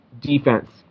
Defense